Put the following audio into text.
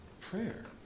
prayer